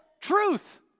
truth